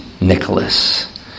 Nicholas